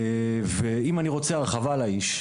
ואם אני רוצה הרחבה על האיש,